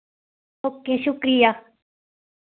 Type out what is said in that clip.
okay शुक्रिया